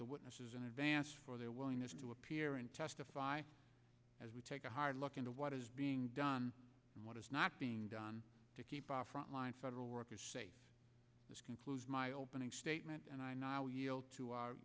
the witnesses in advance for their willingness to appear and testify as we take a hard look into what is being done what is not being done to keep our frontline federal workers safe this concludes my opening statement and i